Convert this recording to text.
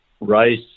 Rice